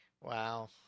Wow